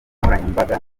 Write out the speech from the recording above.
nkoranyambaga